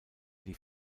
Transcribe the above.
die